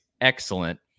excellent